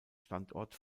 standort